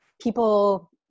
people